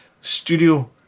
studio